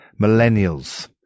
millennials